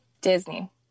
Disney